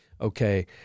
okay